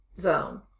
zone